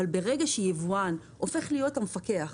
אבל ברגע שיבואן הופך להיות המפקח,